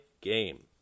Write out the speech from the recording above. game